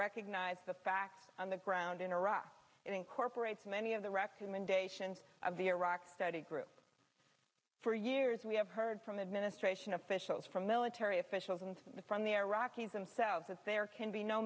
recognize the facts on the ground in iraq incorporates many of the recommendations of the iraq study group for years we have heard from administration officials from military officials and from the iraqis themselves that there can be no